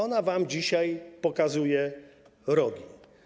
Ona wam dzisiaj pokazuje rogi.